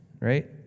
right